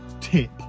tip